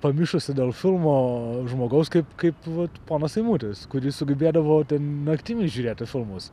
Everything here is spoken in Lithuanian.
pamišusį dėl filmo žmogaus kaip kaip vat ponas eimutis kuris sugebėdavo ten naktimis žiūrėti filmus